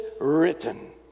written